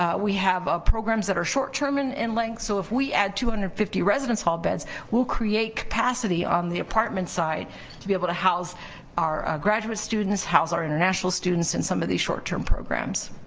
ah we have ah programs that are short term and in length, so if we add two hundred and fifty residence hall beds we'll create capacity on the apartment side to be able to house our graduate students, house our international students and some of these short term programs.